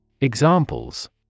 Examples